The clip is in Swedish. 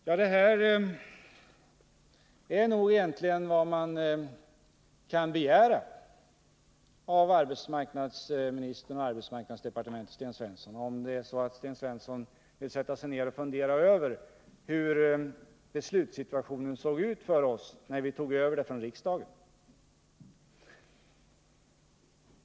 Om Sten Svensson vill sätta sig ner och fundera över hur beslutssituationen såg ut för oss när vi tog över frågan från riksdagen skall han finna att det här nog egentligen är vad man kan begära av arbetsmarknadsministern och arbetsmarknadsdepartementet.